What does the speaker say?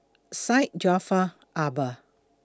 Syed Jaafar Albar